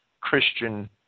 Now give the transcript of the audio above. Christian